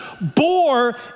bore